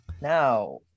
Now